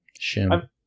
shim